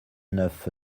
neuf